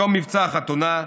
יום "מבצע חתונה",